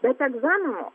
bet egzamino